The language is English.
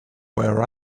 where